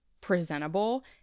presentable